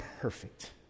perfect